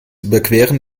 überqueren